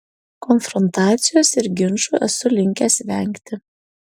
konfrontacijos ir ginčų esu linkęs vengti